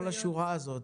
כל השורה הזאת,